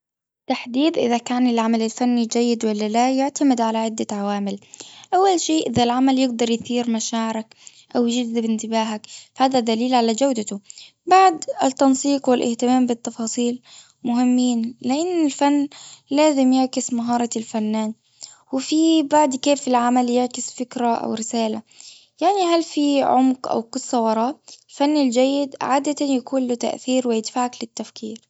تحديد إذا كان العمل الفني جيد ولا لا? يعتمد على عدة عوامل. أول شي إذا العمل يقدر يثير مشاعرك أو يجذب انتباهك. هذا دليل على جودته. بعد التنسيق والأهتمام بالتفاصيل مهمين. لأن الفن لازم يعكس مهارة الفنان. وفي بعد كيف العمل يعكس فكرة أو رسالة؟ يعني هل في عمق أو قصة وراك? الفني الجيد عادة يكون له تأثير ويدفعك للتفكير.